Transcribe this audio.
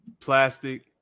Plastic